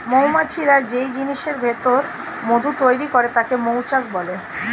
মৌমাছিরা যেই জিনিসের ভিতর মধু তৈরি করে তাকে মৌচাক বলে